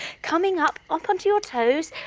coming up up on to your toes,